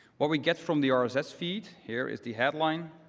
what we get from the rss feed here is the headline,